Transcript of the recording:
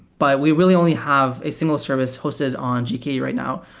but we really only have a single service hosted on gke right now.